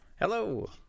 Hello